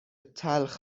تلخ